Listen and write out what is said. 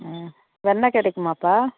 ம் வெண்ணய் கிடைக்குமாப்பா